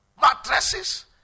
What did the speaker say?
mattresses